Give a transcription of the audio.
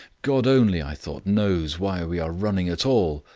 god only, i thought, knows why we are running at all,